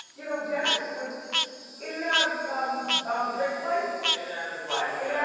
you know dennis was in and out of um drake's life. in and out of his life, yeah